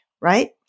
right